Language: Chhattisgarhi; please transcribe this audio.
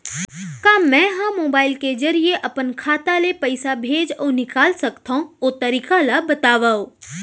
का मै ह मोबाइल के जरिए अपन खाता ले पइसा भेज अऊ निकाल सकथों, ओ तरीका ला बतावव?